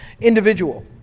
individual